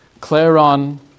Clairon